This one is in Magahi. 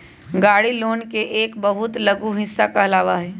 गाड़ी लोन के एक बहुत लघु हिस्सा कहलावा हई